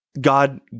God